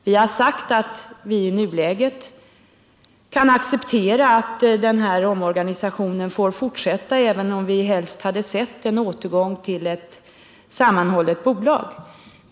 Vi har sagt att vi i nuläget kan acceptera att den här omorganisationen får fortsätta, även om vi helst hade sett att det blivit en återgång till ett sammanhållet bolag.